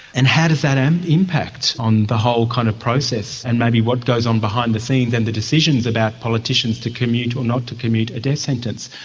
and how does that and impact on the whole kind of process and maybe what goes on behind the scenes and the decisions about politicians to commute or not to commute a death sentence?